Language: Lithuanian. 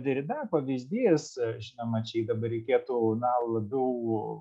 derida pavyzdys žinoma čia dabar reikėtų na labiau